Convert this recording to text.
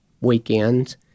weekends